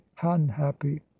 unhappy